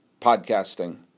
podcasting